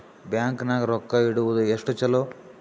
Bank ನಾಗ ರೊಕ್ಕ ಇಡುವುದು ಎಷ್ಟು ಚಲೋ?